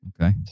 Okay